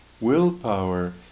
willpower